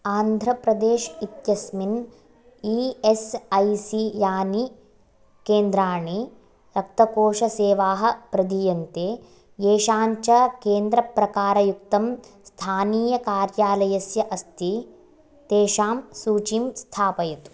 आन्ध्रप्रदेश् इत्यस्मिन् E S I C यानि केन्द्राणि रक्तकोषसेवाः प्रदीयन्ते येषां च केन्द्रप्रकारयुक्तं स्थानीयकार्यालयस्य अस्ति तेषां सूचीं स्थापयतु